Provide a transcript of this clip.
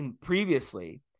previously